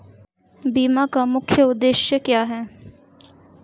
बीमा का मुख्य उद्देश्य क्या है?